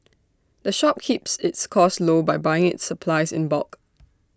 the shop keeps its costs low by buying its supplies in bulk